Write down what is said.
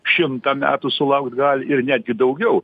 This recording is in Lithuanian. šimtą metų sulaukt gali ir netgi daugiau